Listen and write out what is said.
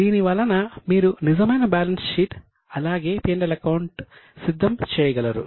దీనివలన మీరు నిజమైన బ్యాలెన్స్ షీట్ అలాగే P L అకౌంట్ సిద్ధం చేయగలరు